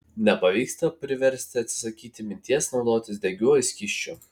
nepavyksta priversti atsisakyti minties naudotis degiuoju skysčiu